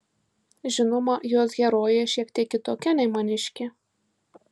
žinoma jos herojė šiek tiek kitokia nei maniškė